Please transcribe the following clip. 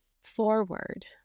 forward